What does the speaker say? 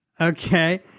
Okay